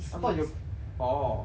I thought you orh